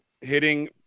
hitting